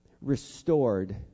restored